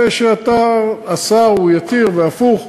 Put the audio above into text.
הפה שאסר הוא יתיר והפוך.